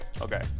Okay